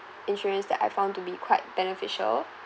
insurance that I found to be quite beneficial